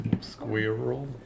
Squirrel